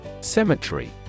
Cemetery